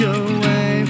away